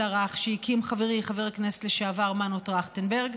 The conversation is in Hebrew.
הרך שהקים חברי חבר כנסת לשעבר מנו טרכטנברג,